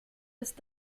ist